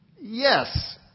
Yes